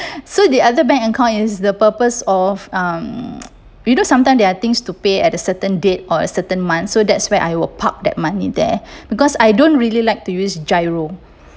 so the other bank account is the purpose of um you know sometimes there are things to pay at a certain date or a certain month so that's where I will park that money there because I don't really like to use GIRO